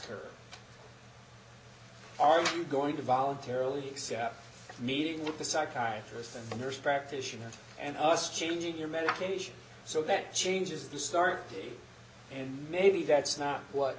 her are you going to voluntarily meeting with the psychiatrist and the nurse practitioner and us changing your medication so that changes the start and maybe that's not what